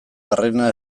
barrena